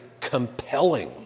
compelling